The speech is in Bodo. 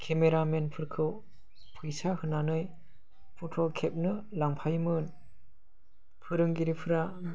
केमेरामेनफोरखौ फैसा होनानै फट' खेबनो लांफायोमोन फोरोंगिरिफोरा